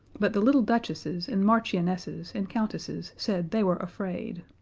but the little duchesses and marchionesses and countesses said they were afraid.